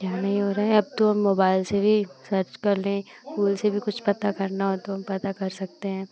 क्या नहीं हो रहे हैं अब तो हम मोबाइल से भी सर्च कर लें स्कूल से भी कुछ पता करना हो तो हम पता कर सकते हैं